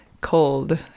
cold